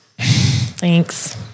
thanks